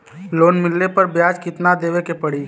Loan मिलले पर ब्याज कितनादेवे के पड़ी?